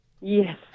Yes